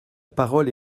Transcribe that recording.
parole